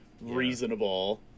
reasonable